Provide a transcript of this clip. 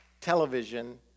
television